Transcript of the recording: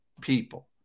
people